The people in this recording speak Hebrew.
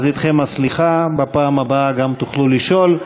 אז אתכם הסליחה, בפעם הבאה גם תוכלו לשאול.